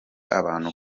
abantu